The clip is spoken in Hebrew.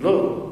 לא.